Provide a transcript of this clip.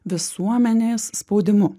visuomenės spaudimu